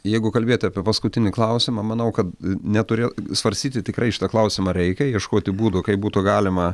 jeigu kalbėti apie paskutinį klausimą manau kad neturė svarstyti tikrai šitą klausimą reikia ieškoti būdų kaip būtų galima